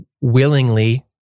willingly